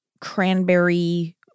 cranberry